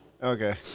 Okay